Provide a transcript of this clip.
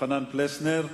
יוחנן פלסנר,